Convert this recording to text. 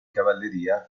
cavalleria